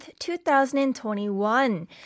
2021